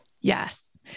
Yes